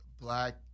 black